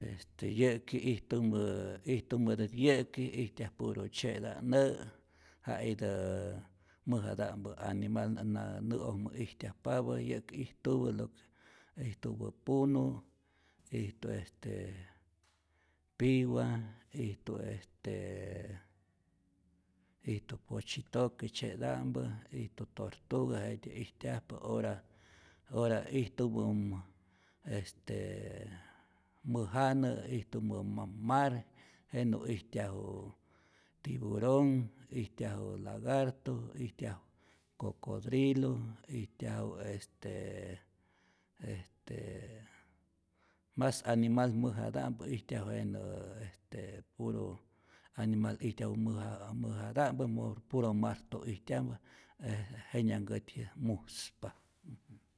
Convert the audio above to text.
Este yä'ki ijtumä ijtumätä't yä'ki ijtyaj puro tzye'ta' nä', ja' itä mäjata'mpä animal na nä'ojmä ijtyajpapä, yä'ki ijtupä lo que ijtupä punu', ijtu este pigua, ijtu est ijtu potzyitoke tze'ta'mpä, ijtu tortuga, jetye ijtyajpa ora ora ijtumä est mäjanä' ijtumä ma mar jenä ijtyaju tibutonh, ijtyaju lagarto, ijtyaju cocodrilo, ijtyaju estee estee mas animal mäjata'mpä, ijtyaju jenää este puro animal ijtyajupä mäja mäjata'mpä, mo puro martoj ijtyajpa e jenyanhkutyität mujspa.